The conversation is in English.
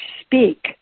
speak